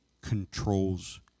controls